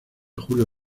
julio